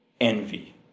envy